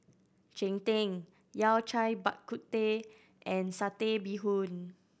cheng tng Yao Cai Bak Kut Teh and Satay Bee Hoon